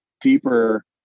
deeper